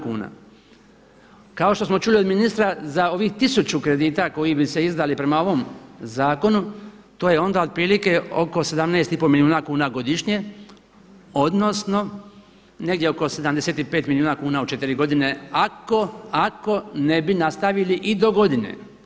Kao što smo čuli od ministra za ovih tisuću kredita koji bi se izdali prema ovom zakonu, to je onda otprilike oko 17,5 milijuna kuna godišnje odnosno negdje oko 75 milijuna kuna u četiri godine ako ne bi nastavili i do godine.